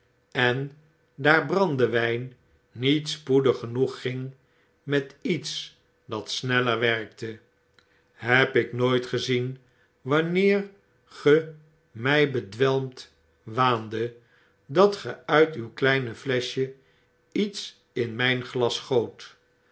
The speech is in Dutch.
en daar brandewyn nog niet spoedig genoeg ging met iets dat sneller werkte heb ik nooit gezien wanneer ge mij bedwelmd waandet dat geuit uwkleine fleschje iets in mjjn glas goot